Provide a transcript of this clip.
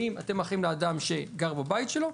ואם אתם אחראים לאדם שגר בבית שלו,